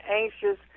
anxious